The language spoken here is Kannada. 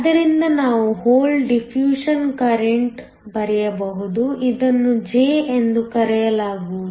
ಆದ್ದರಿಂದ ನಾವು ಹೋಲ್ ಡಿಫ್ಯೂಷನ್ ಕರೆಂಟ್ ಬರೆಯಬಹುದು ಇದನ್ನು J ಎಂದು ಕರೆಯಲಾಗುವುದು